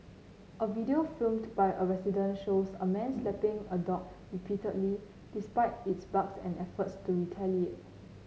a video filmed by a resident shows a man slapping a dog repeatedly despite its barks and efforts to retaliate